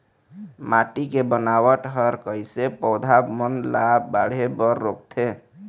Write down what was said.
माटी के बनावट हर कइसे पौधा बन ला बाढ़े बर रोकथे?